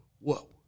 whoa